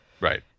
Right